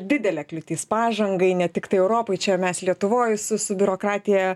didelė kliūtis pažangai ne tiktai europoj čia mes lietuvoj su su biurokratija